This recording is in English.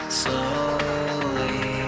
slowly